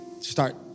start